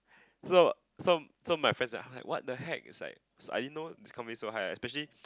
so so so my friends are like what the heck is like I didn't know this company so high especially